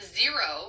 zero